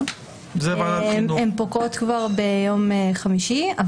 הן פוקעות כבר ביום חמישי,